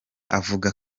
avuga